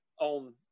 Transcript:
on